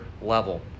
level